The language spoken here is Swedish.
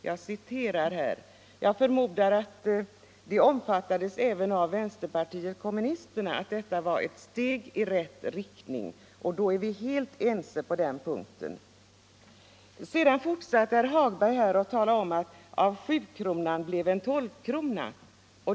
Jag förmodar att den bedömningen omfattades även av vänsterpartiet kommunisterna. På den punkten är vi helt ense. Herr Hagberg fortsatte med att tala om att det av sjukronan blev en tolvkrona.